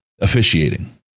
Officiating